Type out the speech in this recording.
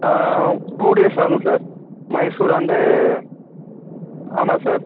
two days ஆகும் sir Mysore and ஆமாம் sir